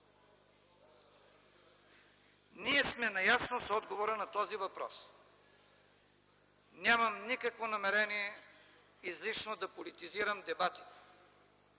Ние сме наясно с отговора на този въпрос. Нямам никакво намерение излишно да политизирам дебатите.